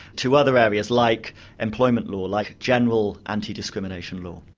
to other areas like employment law, like general anti-discrimination law.